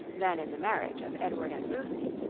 than in the marriage of edward and lucy.